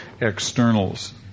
externals